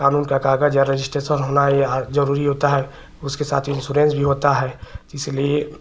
कानून का कागज या रजिस्ट्रेशन होना ज़रूरी होता है उसके साथ इन्श्योरेन्स भी होता है इसीलिए